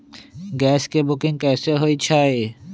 Gas के booking कैसे होईछई?